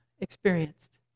experienced